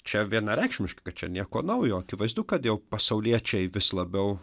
čia vienareikšmiškai kad čia nieko naujo akivaizdu kad jau pasauliečiai vis labiau